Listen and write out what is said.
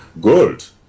gold